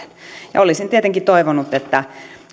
olisin tietenkin toivonut että